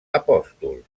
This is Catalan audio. apòstols